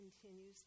continues